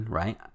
right